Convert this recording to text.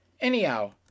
anyhow